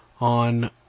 on